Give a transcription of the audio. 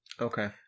Okay